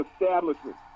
establishment